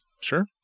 Sure